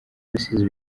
rusizi